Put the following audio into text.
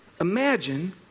Imagine